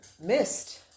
missed